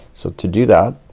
so to do that,